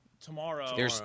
tomorrow